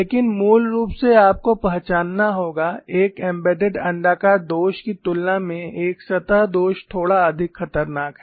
लेकिन मूल रूप से आपको पहचानना होगा एक एम्बेडेड अण्डाकार दोष की तुलना में एक सतह दोष थोड़ा अधिक खतरनाक है